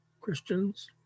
Christians